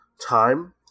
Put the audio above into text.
time